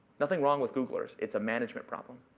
nothing wrong with googlers. it's a management problem.